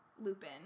Lupin